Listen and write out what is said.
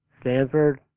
Stanford